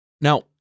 now